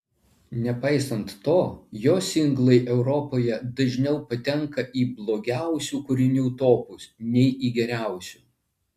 nepaisant to jo singlai europoje dažniau patenka į blogiausių kūrinių topus nei į geriausių